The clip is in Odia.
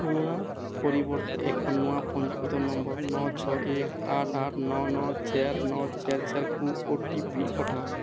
ପୁରୁଣା ପରିବର୍ତ୍ତେ ଏକ ନୂଆ ପଞ୍ଜୀକୃତ ନମ୍ବର୍ ନଅ ଛଅ ଏକ ଆଠ ଆଠ ନଅ ନଅ ଚାରି ନଅ ଚାରି ଚାରିକୁ ଓ ଟି ପି ପଠାଅ